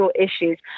issues